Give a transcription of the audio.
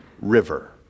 River